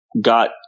got